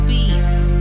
Beats